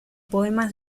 poemas